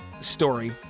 story